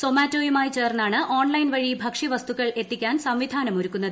സൊമാറ്റോയുമായി ചേർന്നാണ് ഓൺലൈൻ വഴി ഭക്ഷ്യവസ്തുക്കൾ എത്തിക്കാൻ സംവിധാനമൊരുക്കുന്നത്